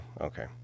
Okay